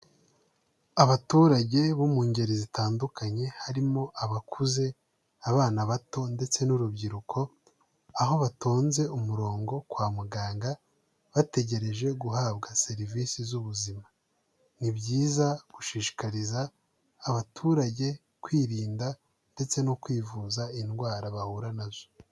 Abaturage bo mu ngeri zitandukanye, harimo abakuze, abana bato ndetse n'urubyiruko, aho batonze umurongo kwa muganga bategereje guhabwa serivisi z'ubuzima, ni byiza gushishikariza abaturage kwirinda ndetse no kwivuza indwara bahura nazo.